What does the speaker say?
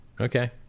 Okay